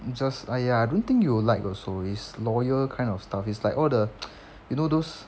just !aiya! don't think you will like also it's lawyer kind of stuff it's like all the you know those